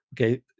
Okay